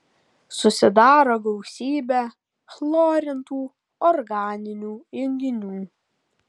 susidaro gausybė chlorintų organinių junginių